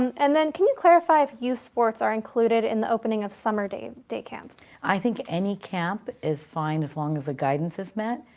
and then can you clarify if youth sports are included in the opening of summer day day camps? i think any camp is fine, as long as the guidance is met,